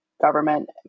government